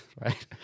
right